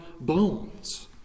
bones